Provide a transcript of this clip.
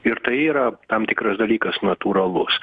ir tai yra tam tikras dalykas natūralus